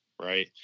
right